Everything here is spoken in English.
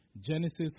Genesis